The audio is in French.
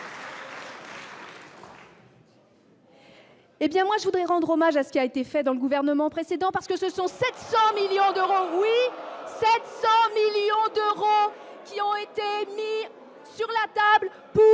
ma part, je voudrais rendre hommage à ce qui a été fait par le gouvernement précédent ! En effet, ce sont 700 millions d'euros qui ont sur la table pour